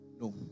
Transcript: No